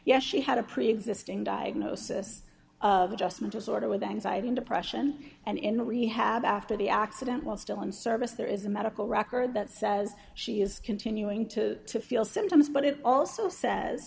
yes she had a preexisting diagnosis of adjustment disorder with anxiety and depression and in rehab after the accident while still in service there is a medical record that says she is continuing to feel symptoms but it also says